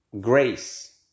grace